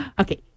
Okay